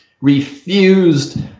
refused